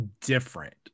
different